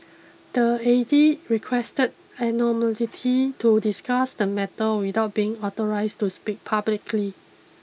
the requested anonymity to discuss the matter without being authorised to speak publicly